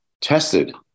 tested